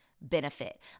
benefit